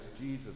Jesus